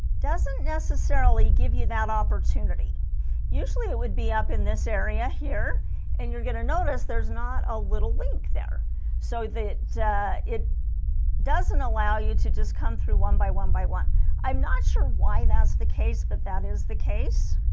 doesn't necessarily give you that opportunity usually it would be up in this area here and you're going to notice there's not a little link there so that it doesn't allow you to just come through one by one by one i'm not sure why that's the case but that is the case